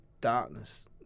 darkness